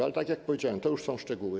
Ale tak jak powiedziałem, to już szczegóły.